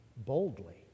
boldly